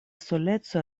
soleco